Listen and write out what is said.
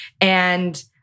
And-